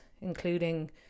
including